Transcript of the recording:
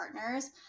partners